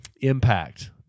impact